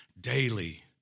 daily